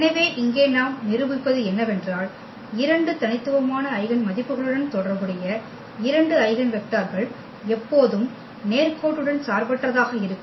எனவே இங்கே நாம் நிரூபிப்பது என்னவென்றால் இரண்டு தனித்துவமான ஐகென் மதிப்புகளுடன் தொடர்புடைய இரண்டு ஐகென் வெக்டர்கள் எப்போதும் நேர்கோட்டுடன் சார்பற்றதாக இருக்கும்